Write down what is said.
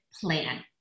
plan